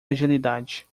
agilidade